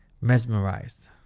mesmerized